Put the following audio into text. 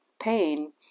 pain